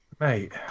mate